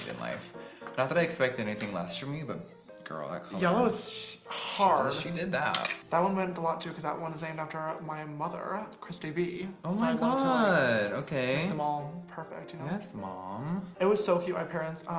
that that i expect anything less from me but garlic yeah, i was harsh she did that that one went a lot too cuz that one is a and doctor um my mother ah chris tv. oh ah like um okay, um um perfect. and yes mom it was so cute my parents